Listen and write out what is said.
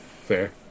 Fair